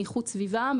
מאיכות סביבה,